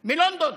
מלונדון.